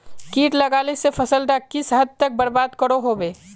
किट लगाले से फसल डाक किस हद तक बर्बाद करो होबे?